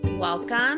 Welcome